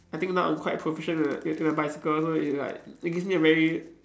I think now I'm quite proficient in the in the bicycle so it's like it gives me a very